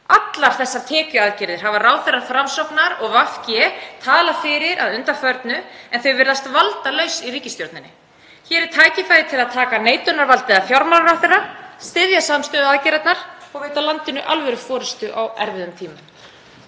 öllum þessum tekjuaðgerðum hafa ráðherrar Framsóknar og VG talað að undanförnu en þau virðast valdalaus í ríkisstjórninni. Hér er tækifæri til að taka neitunarvaldið af fjármálaráðherra, styðja samstöðuaðgerðirnar og veita landinu alvöruforystu á erfiðum tímum.